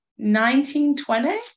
1920